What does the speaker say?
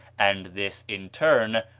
and this, in turn,